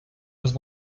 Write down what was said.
was